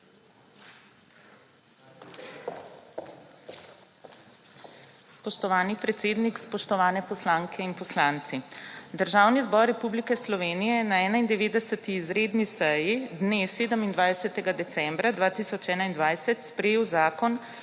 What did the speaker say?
Spoštovani predsednik, spoštovane poslanke in poslanci! Državni zbor Republike Slovenije je na 91. izredni seji dne 27. decembra 2021 sprejel Zakon